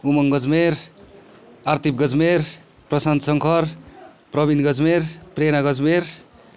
Umang Gajmer Arthib Gajmer Prashant Shankar Prabin Gajmer Prerna Gajmer